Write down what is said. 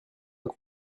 coup